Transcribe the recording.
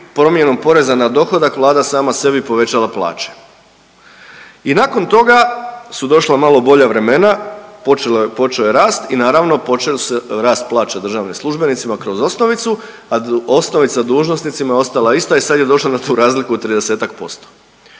promjenom poreza na dohodak vlada sama sebi povećala plaće. I nakon toga su došla malo bolja vremena, počeo je rast i naravno počeo se, rast plaća državnim službenicima kroz osnovicu, a osnovica dužnosnicima je ostala ista i sad je došla na tu razliku od 30%.